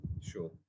Sure